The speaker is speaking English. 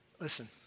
Listen